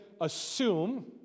assume